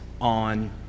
on